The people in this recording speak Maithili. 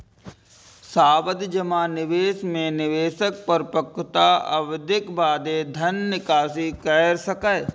सावधि जमा निवेश मे निवेशक परिपक्वता अवधिक बादे धन निकासी कैर सकैए